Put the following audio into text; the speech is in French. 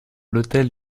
l’hôtel